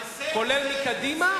גם מקדימה,